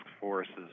forces